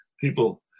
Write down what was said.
people